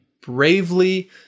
bravely